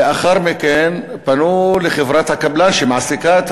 לאחר מכן פנו לחברת הקבלן שמעסיקה את